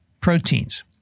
proteins